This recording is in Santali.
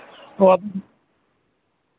ᱚ